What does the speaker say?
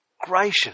gracious